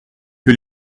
que